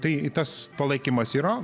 tai tas palaikymas yra